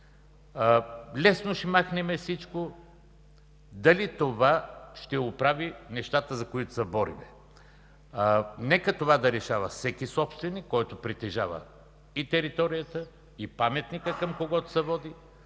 Лесно ще махнем всичко. Дали това ще оправи нещата, за които се борим? Нека това да решава всеки собственик, който притежава и територията, и паметника, към когото се води.